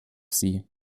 sie